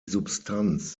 substanz